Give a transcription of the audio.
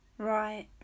Right